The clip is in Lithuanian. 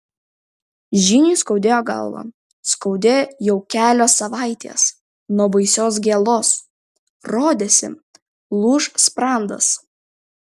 žyniui skaudėjo galvą skaudėjo jau kelios savaitės nuo baisios gėlos rodėsi lūš sprandas